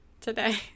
today